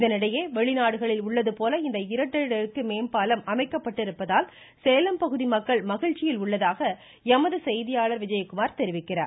இதனிடையே வெளிநாடுகளில் உள்ளது போல இந்த இரட்டை அடுக்கு மேம்பாலம் அமைக்கப்பட்டிருப்பதால் சேலம் பகுதி மக்கள் மகிழ்ச்சியில் உள்ளதாக எமது செய்தியாளர் விஜயகுமார் தெரிவிக்கிறார்